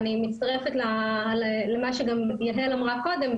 אני מצטרפת גם למה שגם יהל אמרה קודם,